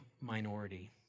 minority